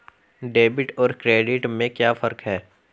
Debit और credit में क्या फर्क है?